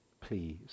Please